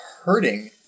hurting